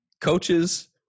coaches